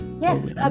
yes